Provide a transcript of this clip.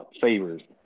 favors